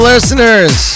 listeners